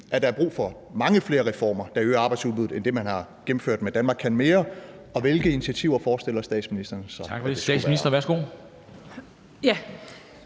at der er brug for mange flere reformer, der øger arbejdsudbuddet, end det, man har gennemført med »Danmark kan mere I«, og hvilke initiativer forestiller statsministeren